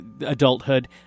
adulthood